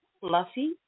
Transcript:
fluffy